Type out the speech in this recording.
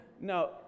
No